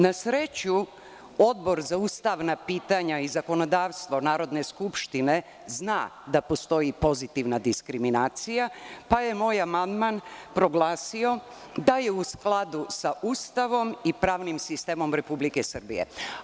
Na sreću, Odbor za ustavna pitanja i zakonodavstvo Narodne skupštine zna da postoji pozitivna diskriminacija, pa je moj amandman proglasio da je u skladu sa Ustavom i pravnim sistemom Republike Srbije.